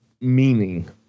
meaning